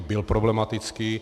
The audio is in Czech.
Byl problematický.